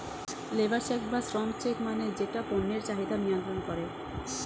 labour check বা শ্রম check মানে যেটা পণ্যের চাহিদা নিয়ন্ত্রন করে